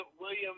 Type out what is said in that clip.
William